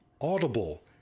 Audible